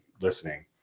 listening